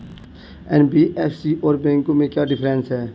NBFC और बैंकों में क्या डिफरेंस है?